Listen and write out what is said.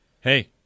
Hey